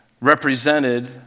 represented